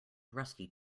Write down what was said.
rusty